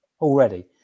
already